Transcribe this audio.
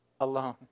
alone